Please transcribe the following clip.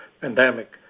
pandemic